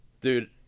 Dude